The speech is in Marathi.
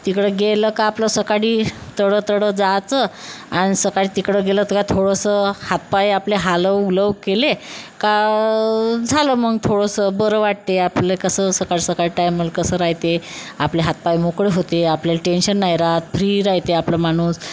तिकडं गेलं का आपलं सकाळी ताडताड जायचं आणि सकाळी तिकडं गेलं तर का थोडंसं हातपाय आपले हालव उलव केले का झालं मग थोडंसं बरं वाटते आपलं कसं सकाळी सकाळी टाईमला कसं रहाते आपले हातपाय मोकळे होते आपल्याला टेन्शन नाही रहात फ्री रहाते आपलं माणूस